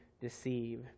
deceive